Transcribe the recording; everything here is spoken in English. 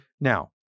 Now